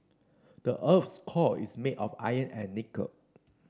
the earth's core is made of iron and nickel